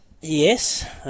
Yes